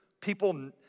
people